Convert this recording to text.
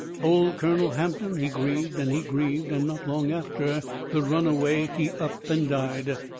old colonel hampton, he grieved and he grieved, and not long after the runaway he up and died.